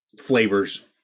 flavors